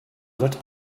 that